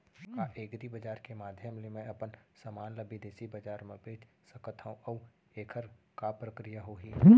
का एग्रीबजार के माधयम ले मैं अपन समान ला बिदेसी बजार मा बेच सकत हव अऊ एखर का प्रक्रिया होही?